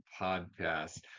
Podcast